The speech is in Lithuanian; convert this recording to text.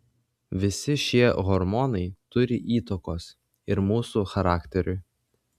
visi šie hormonai turi įtakos ir mūsų charakteriui